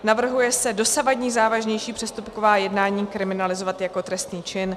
Navrhuje se dosavadní závažnější přestupková jednání kriminalizovat jako trestný čin.